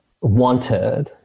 wanted